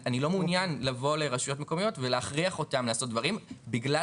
אני לא מעוניין לבוא לרשויות מקומיות ולהכריח אותן לעשות דברים בגלל